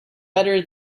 better